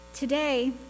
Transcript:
Today